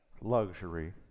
luxury